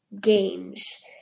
games